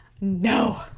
No